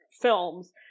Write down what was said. films